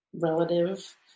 relative